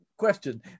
question